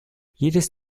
jedes